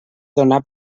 donar